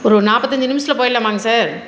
ஒரு நாற்பத்தஞ்சு நிமிஷத்தில் போயிடலாமாங்க சார்